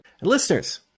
listeners